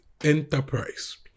enterprise